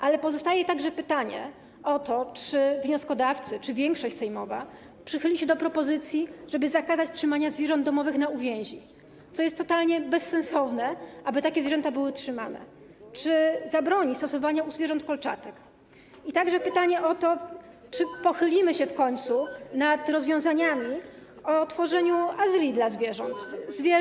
Ale pozostaje także pytanie o to, czy wnioskodawcy, czy większość sejmowa przychyli się do propozycji, żeby zakazać trzymania zwierząt domowych na uwięzi, co jest totalnie bezsensowne, aby tak zwierzęta były trzymane, czy zabroni stosowania u zwierząt kolczatek, a także pytanie o to, czy pochylimy się w końcu nad rozwiązaniami dotyczącymi tworzenia azylów dla zwierząt, które były konfiskowane.